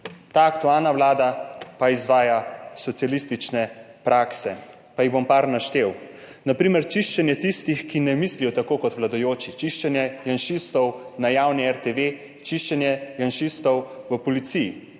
aktualna vlada pa izvaja socialistične prakse, pa jih bom par naštel. Na primer čiščenje tistih, ki ne mislijo tako kot vladajoči, čiščenje janšistov na javni RTV. Čiščenje janšistov v policiji